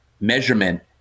measurement